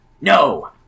No